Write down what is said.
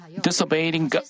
disobeying